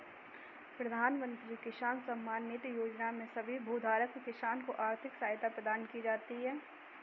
प्रधानमंत्री किसान सम्मान निधि योजना में सभी भूधारक किसान को आर्थिक सहायता प्रदान की जाती है